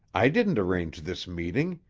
i didn't arrange this meeting.